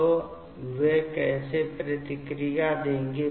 तो वे कैसे प्रतिक्रिया देंगे